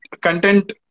content